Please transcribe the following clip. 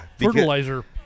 Fertilizer